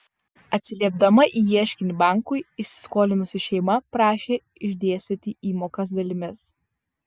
atsiliepdama į ieškinį bankui įsiskolinusi šeima prašė išdėstyti įmokas dalimis